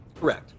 Correct